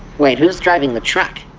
wait, who's driving the truck!